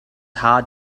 hard